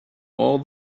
all